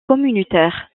communautaire